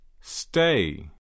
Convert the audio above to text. Stay